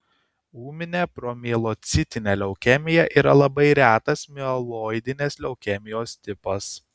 ūminė promielocitinė leukemija yra labai retas mieloidinės leukemijos tipas